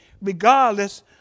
regardless